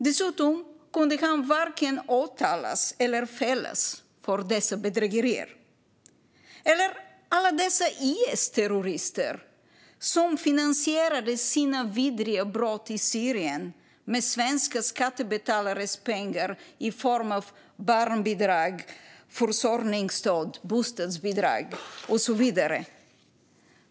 Han kunde därtill varken åtalas eller fällas för dessa bedrägerier. Se också på alla de IS-terrorister som finansierade sina vidriga brott i Syrien med svenska skattebetalares pengar i form av barnbidrag, försörjningsstöd, bostadsbidrag och så vidare.